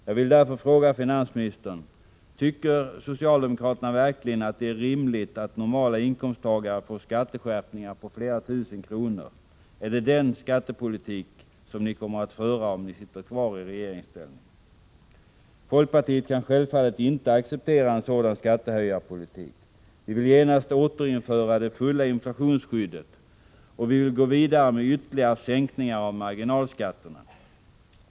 Jag vill därför fråga finansministern: Tycker socialdemokraterna verkligen att det är rimligt att normala inkomsttagare får skatteskärpningar på flera tusen kronor? Är det den skattepolitik ni kommer att föra om ni sitter kvar i regeringsställning? Folkpartiet kan självfallet inte acceptera en sådan skattehöjningspolitik. Vi vill genast återinföra det fulla inflationsskyddet, och vi vill gå vidare med ytterligare sänkningar av marginalskatterna.